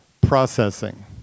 Processing